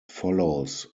follows